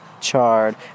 chard